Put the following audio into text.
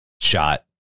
shot